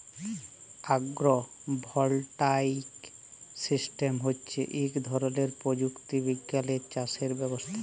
আগ্র voltaic system হচ্যে ইক ধরলের প্রযুক্তি বিজ্ঞালের চাসের ব্যবস্থা